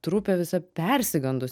trupė visa persigandus